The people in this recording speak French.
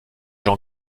j’en